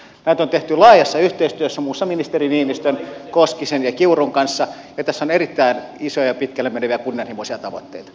näitä on tehty laajassa yhteistyössä muun muassa ministeri niinistön koskisen ja kiurun kanssa ja tässä on erittäin isoja ja pitkälle meneviä kunnianhimoisia tavoitteita